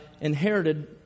inherited